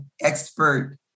expert